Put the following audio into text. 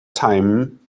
time